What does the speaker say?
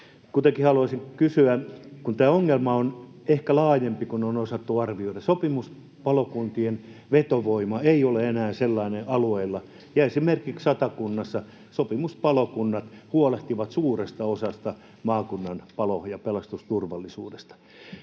Kuitenkin haluaisin kysyä tästä, kun tämä ongelma on ehkä laajempi kuin on osattu arvioida. Sopimuspalokuntien vetovoima ei ole enää alueilla sellainen kuin ennen, ja esimerkiksi Satakunnassa sopimuspalokunnat huolehtivat suuresta osasta maakunnan palo- ja pelastusturvallisuudesta.